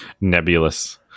nebulous